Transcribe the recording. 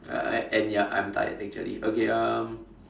uh and yup I'm tired actually okay um